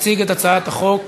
תציג את הצעת החוק